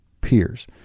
peers